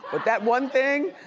but that one thing,